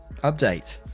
update